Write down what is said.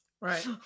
Right